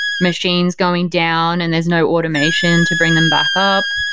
machines going down and there's no automation to bring them back up.